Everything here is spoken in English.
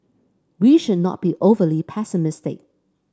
we should not be overly pessimistic